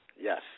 Yes